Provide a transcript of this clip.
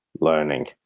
learning